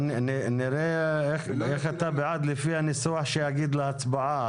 נראה איך אתה בעד לפי הניסוח שיגידו להצבעה,